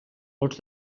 els